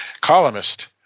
columnist